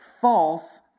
false